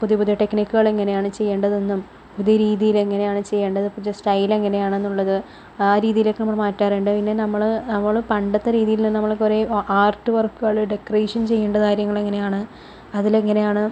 പുതിയ പുതിയ ടെക്നിക്കുകൾ എങ്ങനെയാണ് ചെയ്യേണ്ടതെന്നും പുതിയ രീതിയിൽ എങ്ങനെയാണ് ചെയ്യേണ്ടത് ഇപ്പോൾ ജസ്റ്റ് സ്റ്റൈൽ എങ്ങനെയാണെന്നുള്ളത് ആ രീതിയിലൊക്കെ നമ്മള് മാറ്റാറുണ്ട് പിന്നെ നമ്മള് നമ്മള് പണ്ടത്തെ രീതിയിൽ നിന്ന് നമ്മൾ കുറേ ആർട്ട് വർക്കുകള് ഡെക്കറേഷൻ ചെയ്യേണ്ട കാര്യങ്ങള് എങ്ങനെയാണ് അതിൽ എങ്ങനെയാണ്